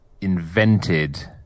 invented